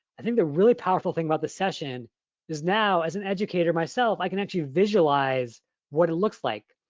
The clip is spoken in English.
i think the really powerful thing about this session is now, as an educator myself, i can actually visualize what it looks like.